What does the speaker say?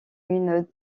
une